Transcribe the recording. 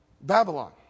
Babylon